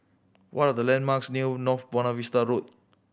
what are the landmarks near North Buona Vista Road